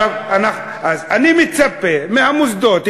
אז אני מצפה מהמוסדות,